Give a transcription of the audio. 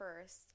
first